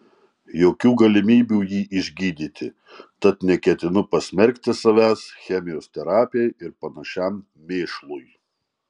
jokių galimybių jį išgydyti tad neketinu pasmerkti savęs chemijos terapijai ir panašiam mėšlui